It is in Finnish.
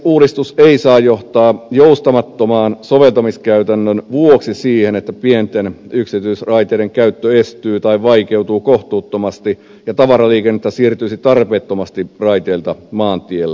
uudistus ei saa johtaa joustamattoman soveltamiskäytännön vuoksi siihen että pienten yksityisraiteiden käyttö estyy tai vaikeutuu kohtuuttomasti ja tavaraliikennettä siirtyisi tarpeettomasti raiteilta maantielle